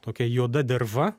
tokia juoda derva